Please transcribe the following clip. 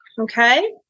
Okay